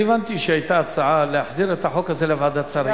אני הבנתי שהיתה הצעה להחזיר את החוק הזה לוועדת שרים.